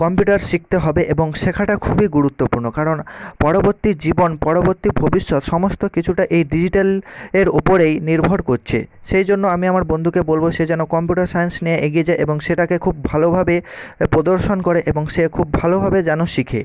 computer শিখতে হবে এবং শেখাটা খুবই গুরুত্বপূর্ণ কারণ পরবর্তী জীবন পরবর্তী ভবিষ্যৎ সমস্ত কিছুটা এই ডিজিটাল এর ওপরেই নির্ভর করছে সেই জন্য আমি আমার বন্ধুকে বলবো সে যেন কম্পিউটার সাইন্স নেয় এগিয়ে যায় এবং সেটাকে খুব ভালোভাবে প্রদর্শন করে এবং সে খুব ভালোভাবে যেন শেখে